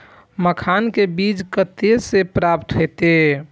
मखान के बीज कते से प्राप्त हैते?